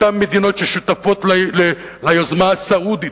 אותן מדינות ששותפות ליוזמה הסעודית,